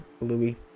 Louis